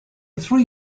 three